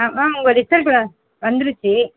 ma'am உங்கள் result வந்திருச்சி